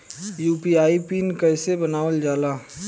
UPI PIN कइसे बनावल जाला?